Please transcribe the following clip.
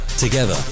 Together